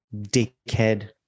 dickhead